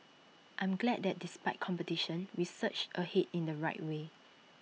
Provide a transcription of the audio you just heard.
I'm glad that despite competition we surged ahead in the right way